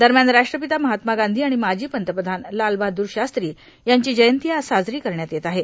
दरम्यान राष्ट्रपिता महात्मा गांधी आणि माजी पंतप्रधान लाल बहादूर शास्त्री यांची जयंती आज साजरी करण्यात येत आहे